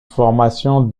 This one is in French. formation